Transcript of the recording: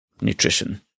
nutrition